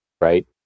right